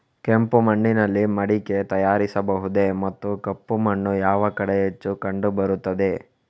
ಕೆಂಪು ಮಣ್ಣಿನಲ್ಲಿ ಮಡಿಕೆ ತಯಾರಿಸಬಹುದೇ ಮತ್ತು ಕಪ್ಪು ಮಣ್ಣು ಯಾವ ಕಡೆ ಹೆಚ್ಚು ಕಂಡುಬರುತ್ತದೆ?